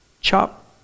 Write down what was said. Chop